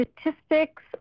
statistics